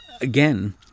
again